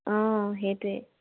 অ সেইটোৱে